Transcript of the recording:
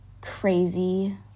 crazy